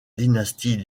dynastie